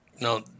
Now